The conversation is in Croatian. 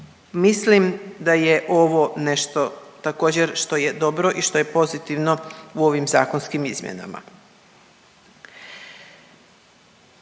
Mislim da je ovo nešto također što je dobro i što je pozitivno u ovim zakonskim izmjenama.